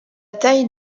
taille